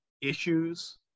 issues